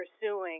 pursuing